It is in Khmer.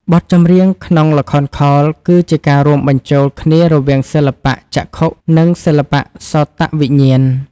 បទចម្រៀងក្នុងល្ខោនខោលគឺជាការរួមបញ្ចូលគ្នារវាងសិល្បៈចក្ខុ និងសិល្បៈសោតវិញ្ញាណ។